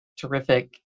terrific